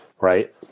right